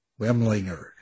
Wemlinger